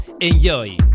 Enjoy